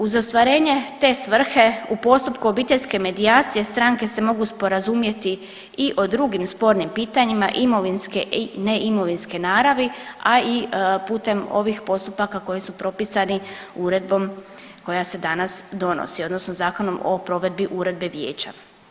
Uz ostvarenje te svrhe u postupku obiteljske medijacije stranke se mogu sporazumjeti i o drugim spornim pitanjima imovinske i neimovinske naravi, a i putem ovih postupaka koji su propisani uredbom koja se danas donosi odnosno Zakonom o provedbi uredbe vijeća.